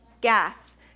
Gath